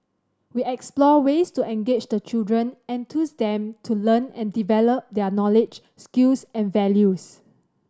we explore ways to engage the children and enthuse them to learn and develop their knowledge skills and values